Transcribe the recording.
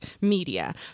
media